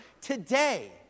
Today